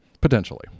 Potentially